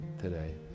today